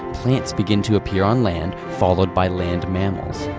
plants begin to sppear on land, followed by land mammals.